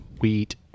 wheat